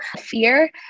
fear